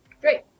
Great